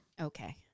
Okay